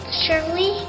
surely